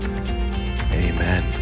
amen